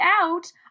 out